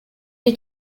est